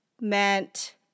meant